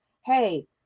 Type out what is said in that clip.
hey